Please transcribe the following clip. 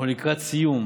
אנחנו לקראת סיום